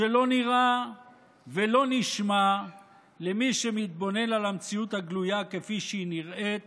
שלא נראה ולא נשמע למי שמתבונן על המציאות הגלויה כפי שהיא נראית